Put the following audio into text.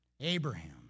Abraham